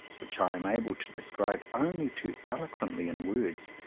which i am able to describe only too eloquently in words,